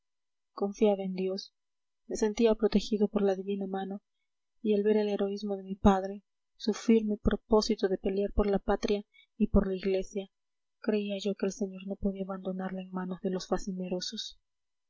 confiaba en dios me sentía protegido por la divina mano y al ver el heroísmo de mi padre su firme propósito de pelear por la patria y por la iglesia creía yo que el señor no podía abandonarle en manos de los facinerosos